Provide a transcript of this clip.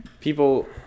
people